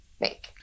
make